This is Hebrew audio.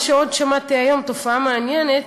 מה שעוד שמעתי היום, תופעה מעניינת,